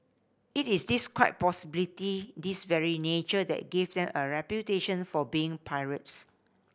it is this quite possibly this very nature that gave them a reputation for being pirates